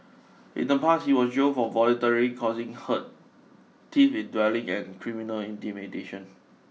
in the past he was jailed for voluntary causing hurt thief in dwelling and criminal intimidation